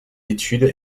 études